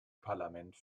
parlament